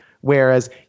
whereas